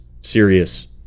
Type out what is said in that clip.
serious